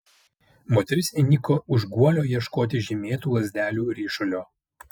moteris įniko už guolio ieškoti žymėtų lazdelių ryšulio